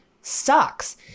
sucks